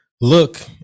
look